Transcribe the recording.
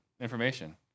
information